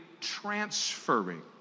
transferring